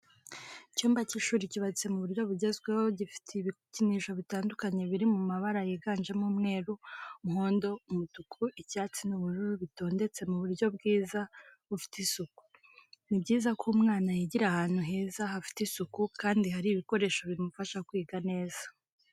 Icyumba cy'ishuri cyubatse mu buryo bugezweho gifite ibikinisho bitandukanye biri mabara yiganjemo umweru, umuhondo, umutuku, icyatsi n'ubururu bitondetse mu buryo bwiza bufite isuku. Ni byiza ko umwana yigira ahantu heza hafite isuku kandi hari ibikoresho bimufasha kwiga neza.